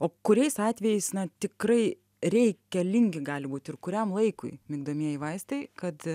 o kuriais atvejais na tikrai reikalingi gali būti ir kuriam laikui migdomieji vaistai kad